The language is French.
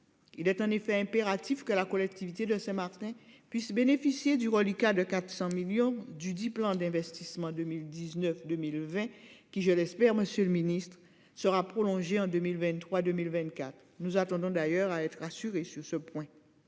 Il est en effet impératif que la collectivité de Saint-Martin puissent bénéficier du reliquat de 400 millions du plan d'investissement 2019 2020 qui je l'espère, Monsieur le Ministre, sera prolongée en 2023 2024 nous attendons d'ailleurs à être rassurés sur ce point.